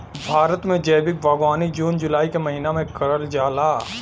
भारत में जैविक बागवानी जून जुलाई के महिना में करल जाला